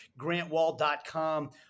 GrantWall.com